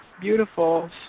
beautiful